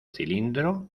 cilindro